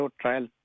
trial